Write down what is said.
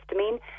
histamine